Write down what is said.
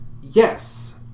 Yes